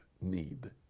need